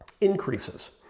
increases